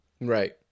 Right